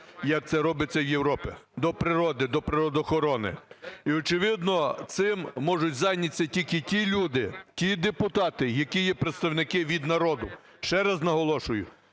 як це робиться в Європі, до природи, до природоохорони. І, очевидно, цим можуть зайнятися тільки ті люди, ті депутати, які є представники від народу. Ще раз наголошую: